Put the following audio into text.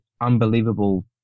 unbelievable